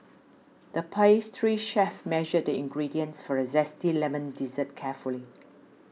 the pastry chef measured the ingredients for a Zesty Lemon Dessert carefully